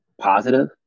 positive